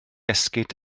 esgid